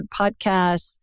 podcasts